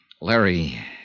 Larry